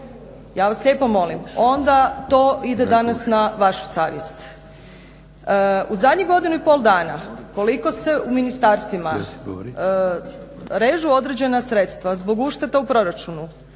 ja vas lijepo molim onda to ide danas na vašu savjest. U zadnjih godinu i pol dana koliko se u ministarstvima režu određena sredstva zbog ušteda u proračunu